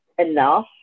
enough